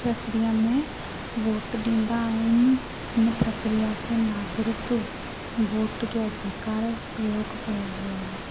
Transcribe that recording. प्रक्रिया में वोट ॾींदा आहिनि हिन प्रक्रिया खे नागरिक वोट जो अधिकार प्रयोग कयो वियो आहे